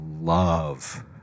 love